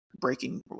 breaking